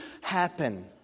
happen